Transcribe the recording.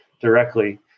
directly